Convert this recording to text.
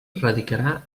radicarà